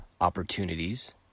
opportunities